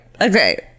okay